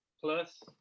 plus